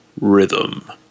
Rhythm